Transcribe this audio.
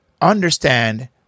understand